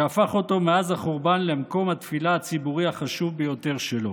שהפך אותו מאז החורבן למקום התפילה הציבורי החשוב ביותר שלו.